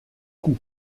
coup